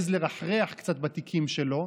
שהעז לרחרח קצת בתיקים שלו,